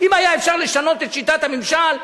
אם היה אפשר לשנות את שיטת הממשל,